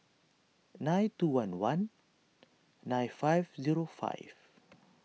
nine two one one nine five zero five